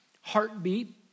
heartbeat